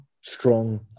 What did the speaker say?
strong